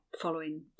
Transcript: following